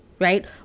right